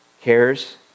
cares